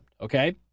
okay